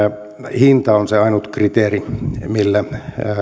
hinta on se ainut kriteeri millä